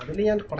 the and